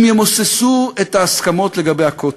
אם ימוססו את ההסכמות לגבי הכותל,